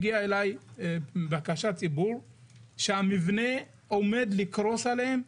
הגיעה אליי בקשה שהמבנה עומד לקרוס עליהם.